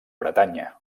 bretanya